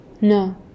No